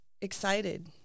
excited